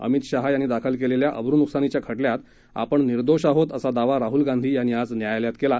अमित शहा यांनी दाखल केलेल्या अब्रुनुकसानीच्या खटल्यात आपण निर्दोष आहोत असा दावा राहुल गांधी यांनी आज न्यायालयात केला